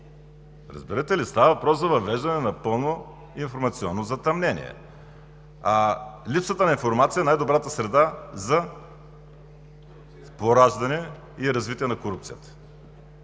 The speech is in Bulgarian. Разбирате ли? Става въпрос за въвеждане на пълно информационно затъмнение, а липсата на информация е най добрата среда за пораждане и развитие на корупцията.